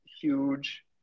huge